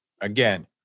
again